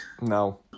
No